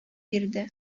бирде